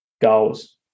goals